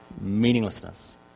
Meaninglessness